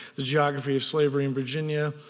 the geography of slavery in virginia,